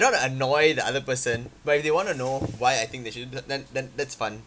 don't want to annoy the other person but if they want to know why I think they should then then that's fun